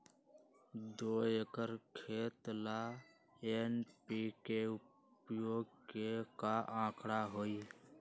दो एकर खेत ला एन.पी.के उपयोग के का आंकड़ा होई?